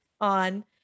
on